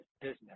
business